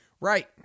right